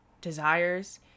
desires